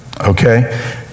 okay